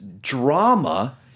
drama